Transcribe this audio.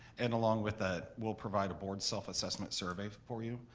and along with that, we'll provide a board self-assessment survey for you,